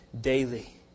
daily